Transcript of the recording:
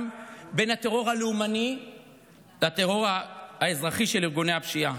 בין הטרור הלאומני לטרור האזרחי של ארגוני הפשיעה.